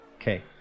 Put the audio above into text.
Okay